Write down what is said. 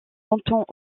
longtemps